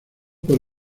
por